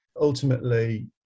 ultimately